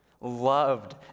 loved